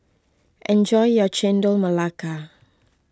enjoy your Chendol Melaka